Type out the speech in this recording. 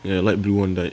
ya light blue [one] died